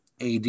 ad